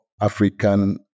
African